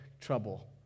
trouble